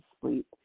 sleep